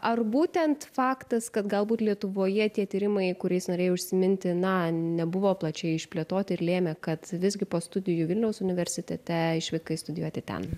ar būtent faktas kad galbūt lietuvoje tie tyrimai kuriais norėjai užsiminti na nebuvo plačiai išplėtoti ir lėmė kad visgi po studijų vilniaus universitete išvykai studijuoti ten